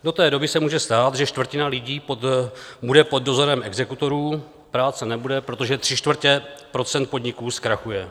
Do té doby se může stát, že čtvrtina lidí bude pod dozorem exekutorů, práce nebude, protože tři čtvrtě procent podniků zkrachuje.